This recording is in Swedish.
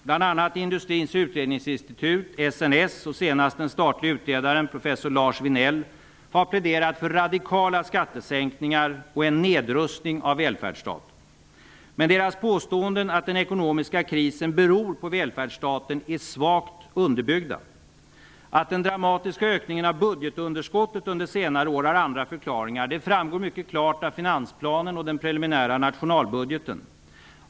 Bl.a. Industriens utredningsinstitut, SNS, och senast den statlige utredaren professor Lars Vinell har pläderat för radikala skattesänkningar och en nedrustning av välfärdsstaten. Men deras påståenden att den ekonomiska krisen beror på välfärdsstaten är svagt underbyggda. Att den dramatiska ökningen av budgetunderskottet under senare år har andra förklaringar framgår mycket klart av finansplanen och den preliminära nationalbudgeten.